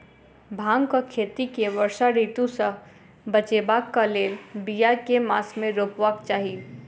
भांगक खेती केँ वर्षा ऋतु सऽ बचेबाक कऽ लेल, बिया केँ मास मे रोपबाक चाहि?